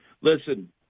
Listen